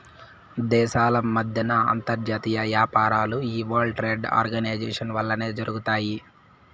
దేశాల మద్దెన అంతర్జాతీయ యాపారాలు ఈ వరల్డ్ ట్రేడ్ ఆర్గనైజేషన్ వల్లనే జరగతాయి